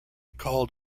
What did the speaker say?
called